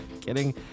kidding